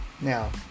Now